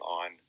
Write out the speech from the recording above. on